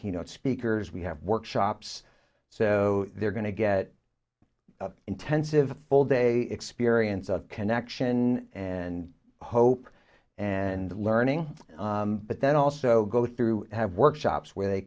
keynote speakers we have workshops so they're going to get intensive full day experience of connection and hope and learning but then also go through have workshops where they